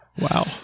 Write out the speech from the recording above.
Wow